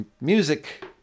music